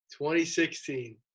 2016